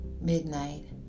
Midnight